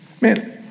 Man